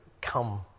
come